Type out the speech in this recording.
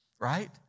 right